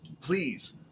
please